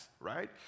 right